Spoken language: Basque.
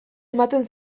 ematen